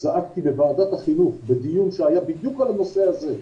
צעקתי בוועדת החינוך בדיון שהיה בדיוק על הנושא הזה,